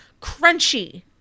crunchy